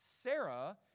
Sarah